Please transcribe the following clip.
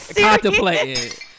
contemplating